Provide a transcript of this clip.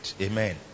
amen